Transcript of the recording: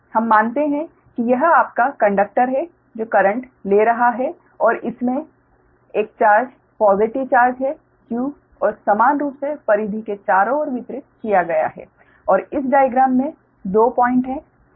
तो हम मानते हैं कि यह आपका कंडक्टर है जो करंट ले जा रहा है और इसमें एक चार्ज पॉजिटिव चार्ज है Q और समान रूप से परिधि के चारों ओर वितरित किया गया है और इस डाइग्राम में 2 पॉइंट हैं